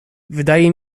wydaje